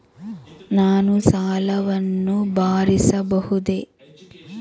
ನಾನು ಸಾಲವನ್ನು ಭರಿಸಬಹುದೇ?